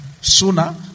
sooner